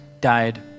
died